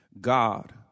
God